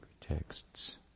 texts